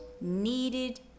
needed